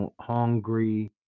Hungry